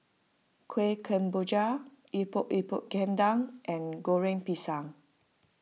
Kueh Kemboja Epok Epok Kentang and Goreng Pisang